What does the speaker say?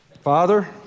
Father